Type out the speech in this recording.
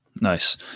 Nice